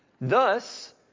Thus